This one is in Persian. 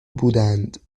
بودند